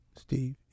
Steve